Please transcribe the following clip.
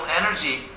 energy